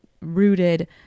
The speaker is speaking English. rooted